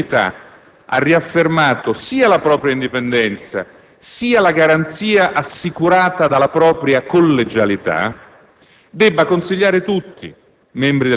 che, signor Presidente, all'unanimità ha riaffermato sia la propria indipendenza, sia la garanzia assicurata dalla propria collegialità,